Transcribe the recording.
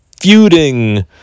feuding